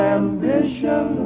ambition